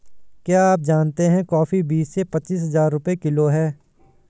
क्या आप जानते है कॉफ़ी बीस से पच्चीस हज़ार रुपए किलो है?